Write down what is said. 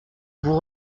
vous